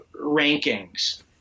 rankings